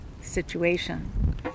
situation